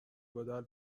بدل